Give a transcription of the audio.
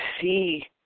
see